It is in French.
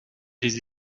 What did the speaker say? des